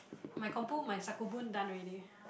my compo my sakubun done already